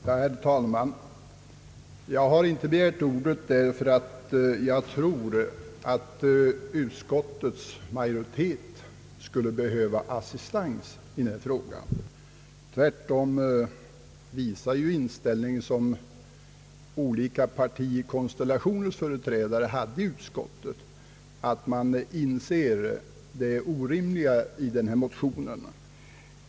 Herr talman! Jag har inte begärt ordet för att jag tror att utskottets majoritet skulle behöva assistens i denna fråga. Tvärtom visar ju den inställning, som olika partikonstellationers företrädare hade i utskottet, att man inser det orimliga i denna motion.